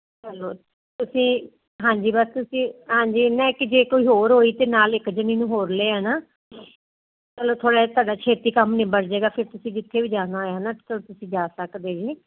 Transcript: ਚਲੋ ਤੁਸੀਂ ਹਾਂਜੀ ਬਸ ਤੁਸੀਂ ਹਾਂਜੀ ਮੈਂ ਕਿ ਜੇ ਕੋਈ ਹੋਰ ਹੋਈ ਤੇ ਨਾਲ ਇੱਕ ਜਣੀ ਨੂੰ ਹੋਰ ਲੈ ਆਣਾ ਚਲੋ ਥੋੜਾ ਤੁਹਾਡਾ ਛੇਤੀ ਕੰਮ ਨਿਬੜ ਜਾਏਗਾ ਫਿਰ ਤੁਸੀਂ ਜਿੱਥੇ ਵੀ ਜਾਣਾ ਹੋਇਆ ਨਾ ਤੁਸੀਂ ਜਾ ਸਕਦੇ